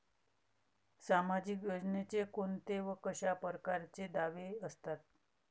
सामाजिक योजनेचे कोंते व कशा परकारचे दावे असतात?